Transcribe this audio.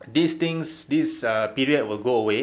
these things this ah period will go away